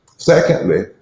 Secondly